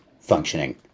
functioning